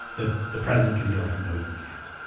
that the president could be like, no, you can't.